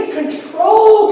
control